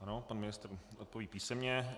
Ano, pan ministr odpoví písemně.